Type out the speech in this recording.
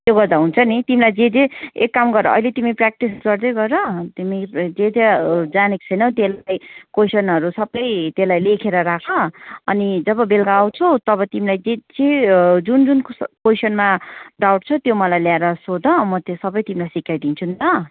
त्यसो गर्दा हुन्छ नि तिमीलाई जे जे एक काम गर अहिले तिमी प्र्याक्टिस गर्दै गर तिमी प्र जे जे जानेको छैनौ त्यसलाई क्वेसनहरू सबै त्यसलाई लेखेर राख अनि जब बेलुका आउँछु तब तिमीलाई जे जे जुन जुन कोही क्वेसनमा डाउट छ त्यो मलाई ल्याएर सोध म त्यो सबै तिमीलाई सिकाइदिन्छु नि ल